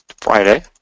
Friday